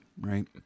right